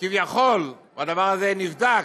כביכול, והדבר הזה נבדק,